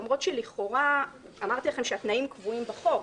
למרות שלכאורה אמרתי לכם שהתנאים קבועים בחוק,